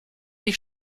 ich